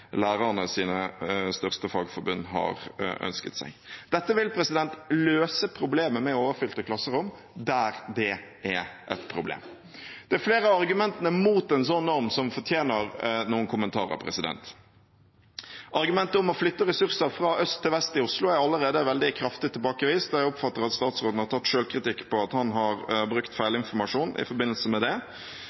største fagforbund har ønsket seg. Dette vil løse problemet med overfylte klasserom der det er et problem. Det er flere av argumentene mot en slik norm som fortjener noen kommentarer. Argumentet om å flytte ressurser fra øst til vest i Oslo er allerede veldig kraftig tilbakevist, og jeg oppfatter at statsråden har tatt selvkritikk på at han har brukt feilinformasjon i forbindelse med det.